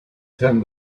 turned